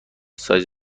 سایز